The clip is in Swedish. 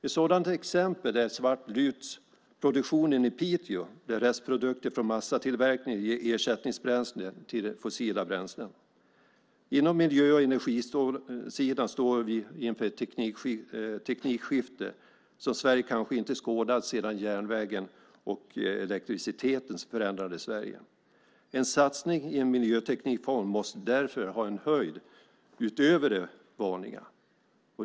Ett sådant exempel är svartlutsproduktionen i Piteå, där restprodukter från massatillverkning ger ersättningsbränsle till fossila bränslen. Inom miljö och energisidan står vi inför ett teknikskifte som Sverige kanske inte skådat sedan järnvägen och elektriciteten förändrade Sverige. En satsning i en miljö och teknikfond måste därför ha en höjd utöver det vanliga.